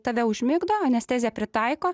tave užmigdo anesteziją pritaiko